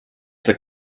der